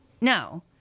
no